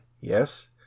yes